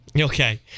Okay